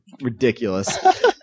ridiculous